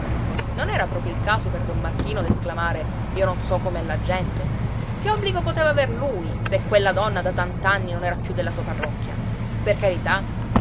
non era proprio il caso per don marchino d'esclamare io non so com'è la gente che obbligo poteva aver lui se quella donna da tant'anni non era piú della sua parrocchia per carità